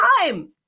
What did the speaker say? time